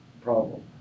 problem